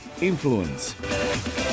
influence